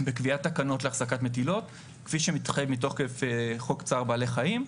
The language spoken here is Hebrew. בקביעת תקנות להפסקת מטילות כפי שמתחייב מתוקף חוק "צער בעלי חיים",